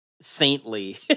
saintly